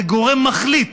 לגורם מחליט,